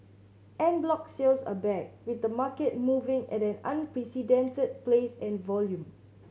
en bloc sales are back with the market moving at an unprecedented pace and volume